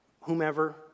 whomever